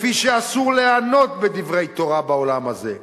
לפי שאסור ליהנות מדברי תורה בעולם הזה.